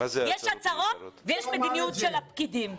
יש הצהרות ויש מדיניות של הפקידים,